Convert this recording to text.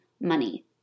money